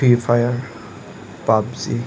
free fire PUBG